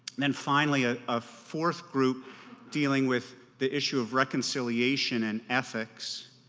then finally ah a fourth group dealing with the issue of reconciliation and ethics.